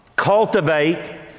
cultivate